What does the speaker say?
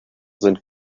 sind